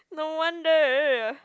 no wonder